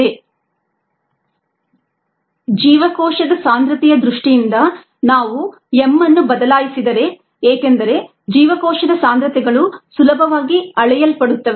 rgddt ಜೀವಕೋಶದ ಸಾಂದ್ರತೆಯ ದೃಷ್ಟಿಯಿಂದ ನಾವು m ಅನ್ನು ಬದಲಾಯಿಸಿದರೆ ಏಕೆಂದರೆ ಜೀವಕೋಶದ ಸಾಂದ್ರತೆಗಳು ಸುಲಭವಾಗಿ ಅಳೆಯಲ್ಪಡುತ್ತವೆ